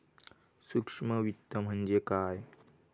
सूक्ष्म वित्त म्हणजे काय?